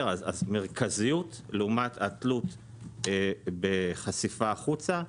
מרכזיות לעומת התלות בחשיפה החוצה.